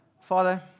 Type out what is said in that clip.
Father